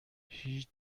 هیچ